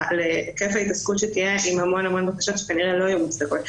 להיקף ההתעסקות שתהיה עם המון המון בקשות שכנראה לא יהיו מוצדקות.